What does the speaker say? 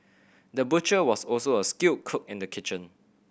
the butcher was also a skilled cook in the kitchen